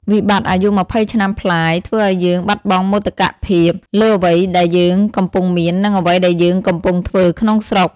វិបត្តិអាយុ២០ឆ្នាំប្លាយធ្វើឱ្យយើងបាត់បង់មោទកភាពលើអ្វីដែលយើងកំពុងមាន និងអ្វីដែលយើងកំពុងធ្វើក្នុងស្រុក។